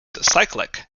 cyclic